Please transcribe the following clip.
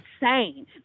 insane